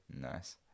nice